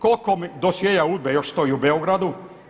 Koliko dosjea UDBA-a još stoji u Beogradu.